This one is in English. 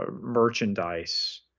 merchandise